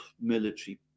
military